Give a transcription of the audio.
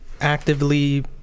actively